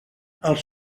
els